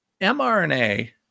mRNA